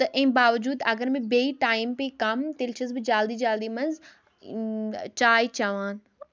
تہٕ اَمہِ باؤجوٗد اگر مےٚ بیٚیہِ ٹایِم پے کَم تیٚلہِ چھَس بہٕ جلدی جلدی منٛز چاے چٮ۪وان